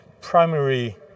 primary